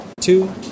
two